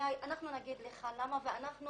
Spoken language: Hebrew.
אנחנו נגד לך למה ואנחנו